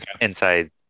inside